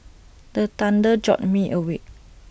the thunder jolt me awake